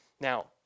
Now